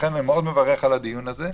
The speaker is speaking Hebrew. לכן אני מאוד מברך על הדיון הזה.